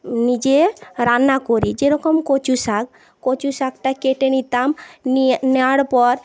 নিজে রান্না করি যেরকম কচু শাক কচু শাকটা কেটে নিতাম নিয়ে নেওয়ার পর